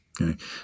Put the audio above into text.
Okay